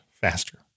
faster